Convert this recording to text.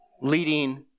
leading